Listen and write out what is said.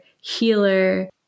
healer